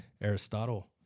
Aristotle